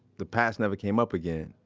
the past never came up again,